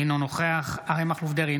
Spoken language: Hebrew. אינו נוכח אריה מכלוף דרעי,